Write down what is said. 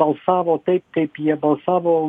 balsavo taip kaip jie balsavo